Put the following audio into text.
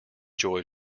joy